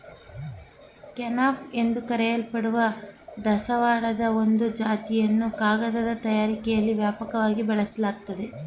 kenaf ಎಂದು ಕರೆಯಲ್ಪಡುವ ದಾಸವಾಳದ ಒಂದು ಜಾತಿಯನ್ನು ಕಾಗದ ತಯಾರಿಕೆಲಿ ವ್ಯಾಪಕವಾಗಿ ಬಳಸಲಾಗ್ತದೆ